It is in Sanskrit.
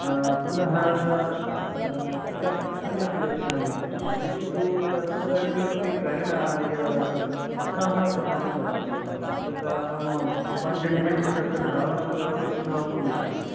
पुनः क्रीडास्थले अपि गच्छामि किन्तु तत्र किमपि करणाय उत्साहः तथा न भवति तदा अहं पञ्चनिमेषः तत्र धावनं करोमि पुनः उपविशामि